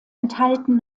enthalten